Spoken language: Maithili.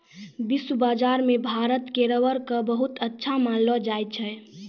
विश्व बाजार मॅ भारत के रबर कॅ बहुत अच्छा मानलो जाय छै